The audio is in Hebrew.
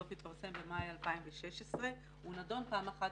הדוח התפרסם במאי 2016. הוא נדון פעם אחת